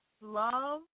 Love